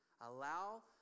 Allow